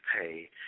pay